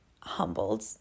humbled